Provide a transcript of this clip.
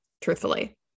truthfully